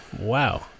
Wow